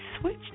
switch